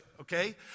okay